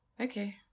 okay